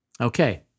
Okay